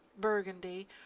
burgundy